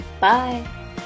Bye